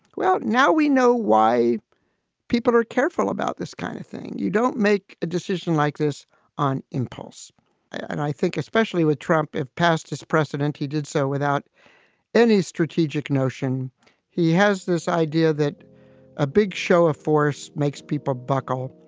well, now we know why people are careful about this kind of thing. you don't make a decision like this on impulse. and i think especially with trump, if past this precedent, he did so without any strategic notion he has this idea that a big show of force makes people buckle.